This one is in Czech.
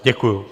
Děkuju.